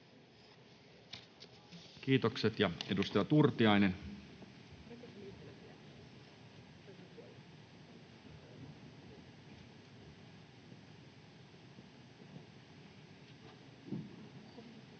Content: Edustaja Turtiainen.